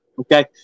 Okay